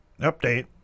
update